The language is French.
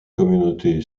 communauté